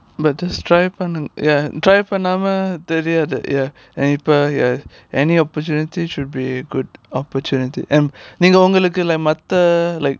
but just try பண்ணு:pannu ya try பண்ணாம தெரியாது:pannaama theriyaathu ya இப்ப:ippa ya any opportunity should be good opportunity and நீங்க உங்களுக்கு மத்த:neenga ungalukku matha like